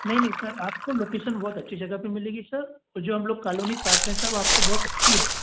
नहीं नहीं सर आपको लोकेशन बहुत अच्छी जगह पे मिलेगी सर और जो हम लोग कॉलोनी काट रहे हैं सर वो आपको बहुत अच्छी है